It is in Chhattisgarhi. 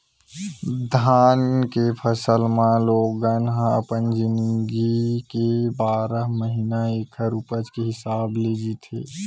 धान के फसल म लोगन ह अपन जिनगी के बारह महिना ऐखर उपज के हिसाब ले जीथे